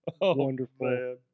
wonderful